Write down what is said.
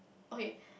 okay